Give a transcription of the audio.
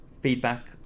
feedback